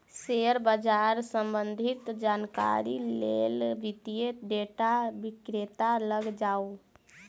share बाजार सम्बंधित जानकारीक लेल वित्तीय डेटा विक्रेता लग जाऊ